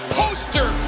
poster